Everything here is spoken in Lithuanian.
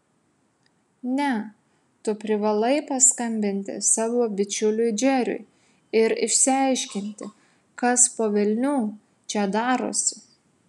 ne tu privalai paskambinti savo bičiuliui džeriui ir išsiaiškinti kas po velnių čia darosi